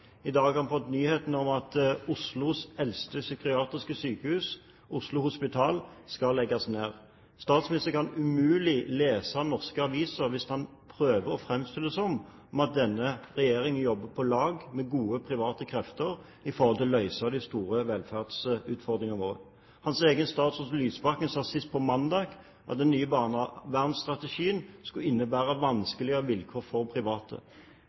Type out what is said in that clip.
I dag har vi fått nyheten om at Oslos eldste psykiatriske sykehus, Oslo Hospital, skal legges ned. Statsministeren kan umulig lese norske aviser hvis han prøver å framstille det som om denne regjeringen jobber på lag med gode private krefter for å løse de store velferdsutfordringene våre. Hans egen statsråd Lysbakken sa sist på mandag at den nye barnevernsstrategien skulle innebære vanskeligere vilkår for private.